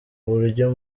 buryo